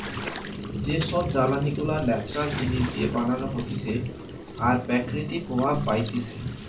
যে সব জ্বালানি গুলা ন্যাচারাল জিনিস দিয়ে বানানো হতিছে আর প্রকৃতি প্রভাব পাইতিছে